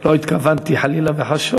לא התכוונתי חלילה וחס שור,